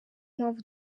mpamvu